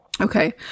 Okay